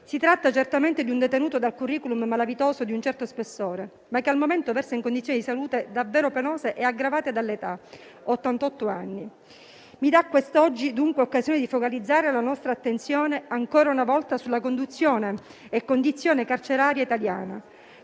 Si tratta certamente di un detenuto dal *curriculum* malavitoso di un certo spessore, ma che al momento versa in condizioni di salute davvero penose e aggravate dall'età di ottantotto anni. Oggi ho dunque l'occasione di focalizzare l'attenzione ancora una volta sulla condizione carceraria italiana,